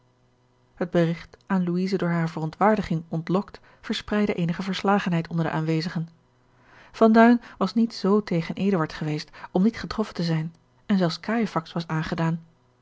het berigt aan louise door hare verontwaardiging ontlokt verspreidde eenige verslagenheid onder de aanwezigen van duin was niet z tegen eduard geweest om niet getroffen te zijn en zelfs cajefax was aangedaan